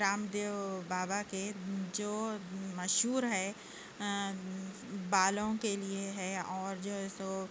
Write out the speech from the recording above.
رام دیو بابا کے جو مشہور ہے بالوں کے لیے ہے اور جو ہے سو